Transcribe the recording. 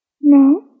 No